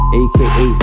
aka